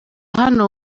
hano